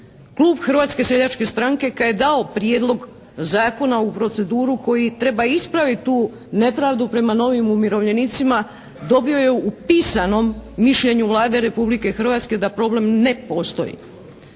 Klub Hrvatske seljačke stranke je dao prijedlog zakona u proceduru koji treba ispravit tu nepravdu prema novim umirovljenicima, dobio je u pisanom mišljenju Vlade Republike Hrvatske da problem ne postoji.